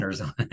on